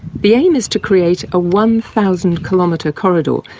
the aim is to create a one thousand kilometre corridor,